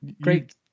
great